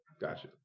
Gotcha